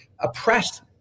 oppressed